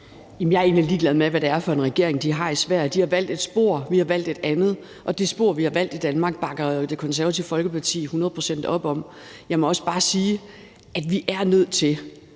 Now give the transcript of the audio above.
Jeg er egentlig ligeglad med, hvad det er for en regering, de har i Sverige. De har valgt ét spor, og vi har valgt et andet. Og det spor, vi har valgt i Danmark, bakker Det Konservative Folkeparti hundrede procent op om. Jeg må også bare sige, at vi er nødt til,